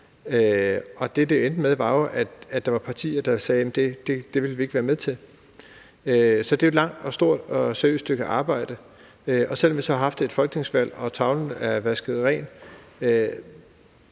det endte med, var jo, at der var partier, der sagde, at det ville de ikke være med til. Så der er blevet gjort et langvarigt, stort og seriøst stykke arbejde. Og selv om vi så har haft et folketingsvalg og tavlen er vasket ren,